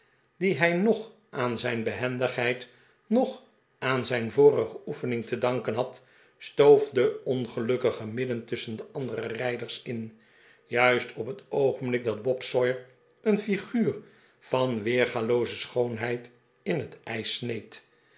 die hij noch aan zijn behendigheid noch aan zijn vorige oefening te danken had stoof de ongelukkige midden tusschen de andere rijders in juist op het oogenblik dat bob sawyer een figuur van weergalooze schoonheid in het ijs sneed